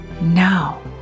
Now